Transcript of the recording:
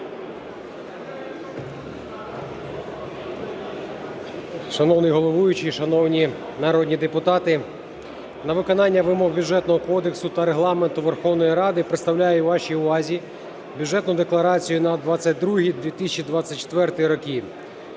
Шановний головуючий, шановні народні депутати! На виконання вимог Бюджетного кодексу та Регламенту Верховної Ради представляю вашій увазі Бюджетну декларацію на 2022-2024 роки.